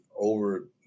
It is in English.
Over